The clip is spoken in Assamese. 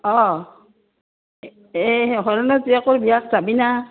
অঁ এই হৰেণৰ জীয়েকৰ বিয়াত যাবিনা